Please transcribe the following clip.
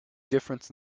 difference